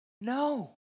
No